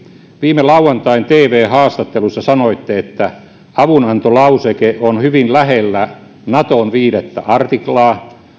viime lauantain tv haastattelussa sanoitte että avunantolauseke on hyvin lähellä naton viides artiklaa